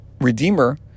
Redeemer